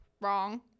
Wrong